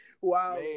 Wow